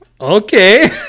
Okay